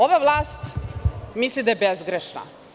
Ova vlast misli da je bezgrešna.